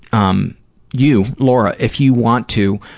um you, laura, if you want to,